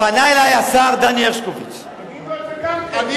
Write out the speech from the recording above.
פנה אלי השר דני הרשקוביץ, תגיד לו את